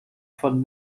von